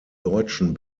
deutschen